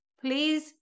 please